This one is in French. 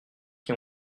qui